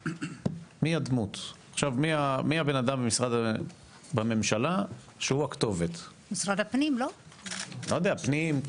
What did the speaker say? ונאמר, ככל שבבחינת הזכאים ע"פ